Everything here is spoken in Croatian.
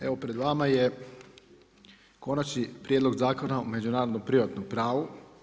Evo pred vama je Konačni prijedlog Zakona o međunarodnom privatnom pravu.